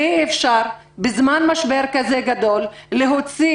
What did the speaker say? אי אפשר בזמן משבר כזה גדול להוציא